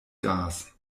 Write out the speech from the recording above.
gas